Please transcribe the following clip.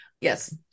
Yes